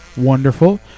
Wonderful